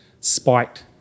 spiked